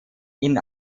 ihn